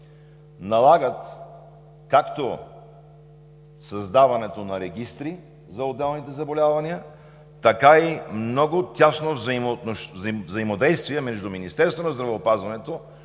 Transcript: налагат както създаването на регистри за отделните заболявания, така и много тясно взаимодействие между Министерството на здравеопазването